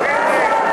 מה זה אומר,